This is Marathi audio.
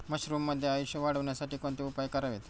मशरुमचे आयुष्य वाढवण्यासाठी कोणते उपाय करावेत?